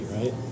right